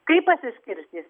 kaip pasiskirstys